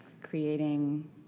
creating